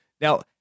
Now